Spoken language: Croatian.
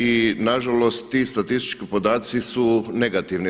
I nažalost ti statistički podaci su negativni.